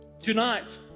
tonight